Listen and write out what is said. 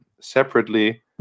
separately